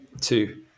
two